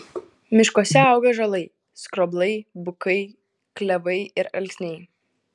miškuose auga ąžuolai skroblai bukai klevai ir alksniai